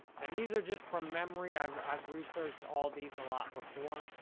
and these are just from memory. i've i've researched all these a lot before.